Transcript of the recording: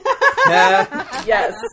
Yes